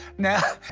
now,